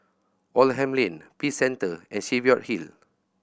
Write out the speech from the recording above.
Oldham Lane Peace Centre and Cheviot Hill